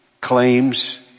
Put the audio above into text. claims